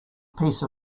piece